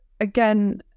again